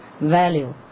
value